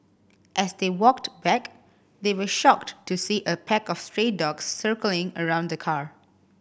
as they walked back they were shocked to see a pack of stray dogs circling around the car